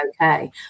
okay